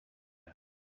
air